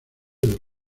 del